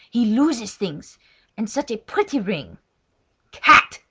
he loses things and such a pretty ring cat!